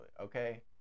okay